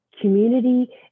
community